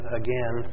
again